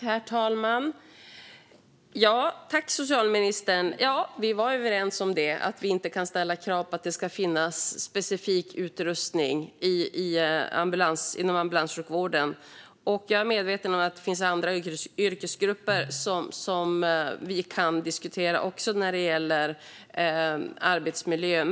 Herr talman! Jag tackar socialministern. Ja, vi var överens om att vi inte kan ställa krav på att det ska finnas specifik utrustning inom ambulanssjukvården. Jag är medveten om att det finns andra yrkesgrupper som vi också kan diskutera när det gäller arbetsmiljön.